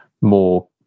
more